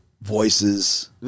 voices